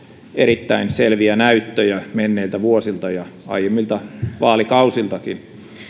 erittäin selviä näyttöjä menneiltä vuosilta ja aiemmilta vaalikausiltakin